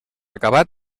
acabat